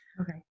Okay